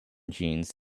jeans